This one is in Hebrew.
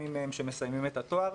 מי מהם שמסיימים את התואר,